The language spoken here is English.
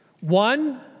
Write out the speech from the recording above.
One